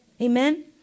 Amen